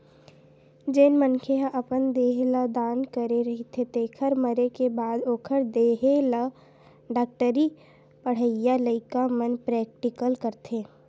जेन मनखे ह अपन देह ल दान करे रहिथे तेखर मरे के बाद ओखर देहे ल डॉक्टरी पड़हइया लइका मन प्रेक्टिकल करथे